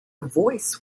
voice